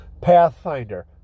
pathfinder